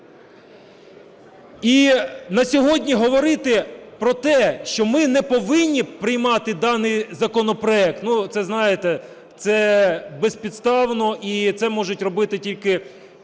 І на сьогодні говорити про те, що ми не повинні приймати даний законопроект, це, знаєте, це безпідставно, і це можуть робити тільки